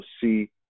see